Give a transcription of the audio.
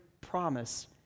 promise